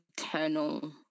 eternal